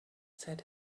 said